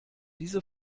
diese